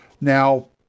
Now